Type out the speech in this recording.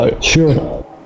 Sure